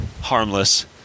harmless